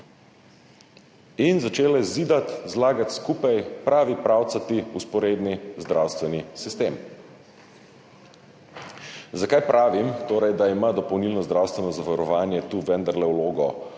in začele zidati, zlagati skupaj pravi pravcati vzporedni zdravstveni sistem. Zakaj pravim torej, da ima dopolnilno zdravstveno zavarovanje tu vendarle vlogo